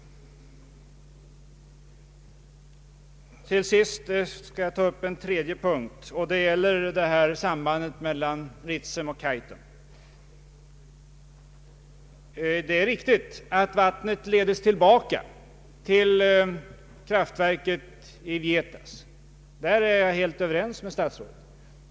Till sist vill jag ta upp en tredje punkt, och den gäller sambandet mellan Ritsem och Kaitum. Det är riktigt att vattnet leds tillbaka till kraftverket i Vietas — i detta fall är jag helt över ens med herr statsrådet.